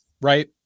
right